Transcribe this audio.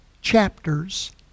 chapters